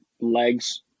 legs